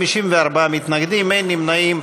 54 מתנגדים, אין נמנעים.